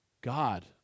God